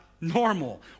normal